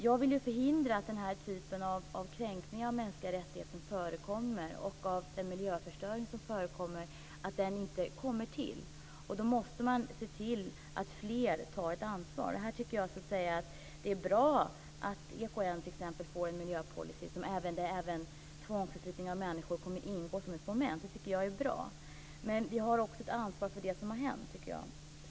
Jag vill förhindra den kränkning av mänskliga rättigheter och den miljöförstöring som förekommer här. Då måste man se till att fler tar ett ansvar. Jag tycker att det är bra att EKN får en miljöpolicy där även tvångsförflyttning av människor kommer att ingå som ett moment. Men vi har också ett ansvar för det som hänt.